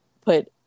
put